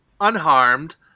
unharmed